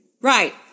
Right